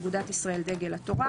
אגודת ישראל-דגל התורה.